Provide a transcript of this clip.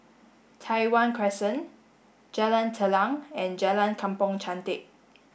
Tai Hwan Crescent Jalan Telang and Jalan Kampong Chantek